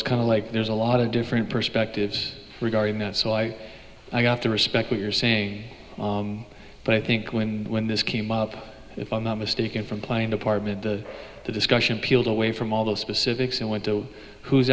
was kind of like there's a lot of different perspectives regarding that so i i got to respect what you're saying but i think when when this came up if i'm not mistaken from playing department the discussion peeled away from all those specifics and went to who